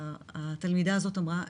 התלמידה הזאת אמרה,